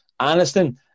Aniston